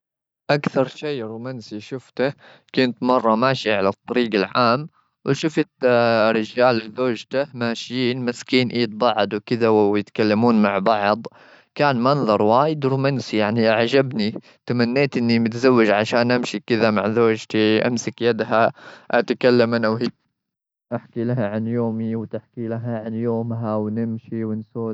أكثر شيء رومانسي شفته، كنت مرة ماشي على الطريق العام. وشفت رجال وزوجته ماشيين ماسكين إيد بعض وكذا ويتكلمون مع بعض. كان منظر وايد رومانسي، يعني أعجبني. تمنيت إني متزوج عشان أمشي كذا مع زوجتي. أمسك يدها، أتكلم أنا وهي، أحكي لها عن يومي، وتحكي لها عن يومها، ونمشي ونسولف.